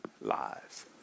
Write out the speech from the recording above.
lives